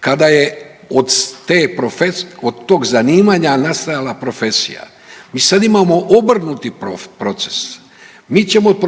kada je od tog zanimanja nastajala profesija, mi sad imamo obrnuti proces. Mi ćemo od